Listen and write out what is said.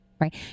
right